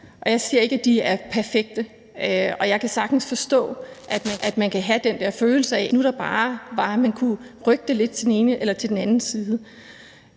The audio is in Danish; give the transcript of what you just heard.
jeg siger ikke, at de er perfekte, og jeg kan sagtens forstå, at man kan have den der følelse af, at hvis det nu bare var sådan, at man kunne rykke det lidt til den ene eller til den anden side.